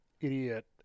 idiot